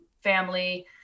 family